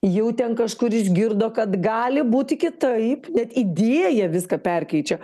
jau ten kažkur išgirdo kad gali būti kitaip net idėja viską perkeičia